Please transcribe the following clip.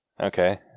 Okay